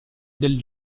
del